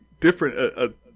different